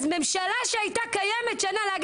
אז ממשלה שהייתה קיימת שנה,